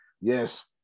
yes